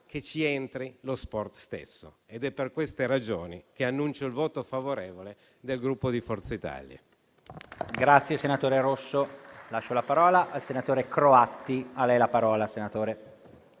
che ci entri lo sport stesso ed è per questa ragione che annuncio il voto favorevole del Gruppo Forza Italia.